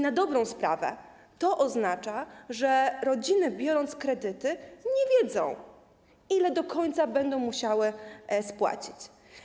Na dobrą sprawę to oznacza, że rodziny, biorąc kredyty, nie wiedzą do końca, ile będą musiały spłacić.